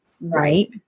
Right